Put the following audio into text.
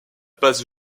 pas